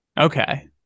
Okay